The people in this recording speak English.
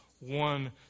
one